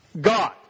God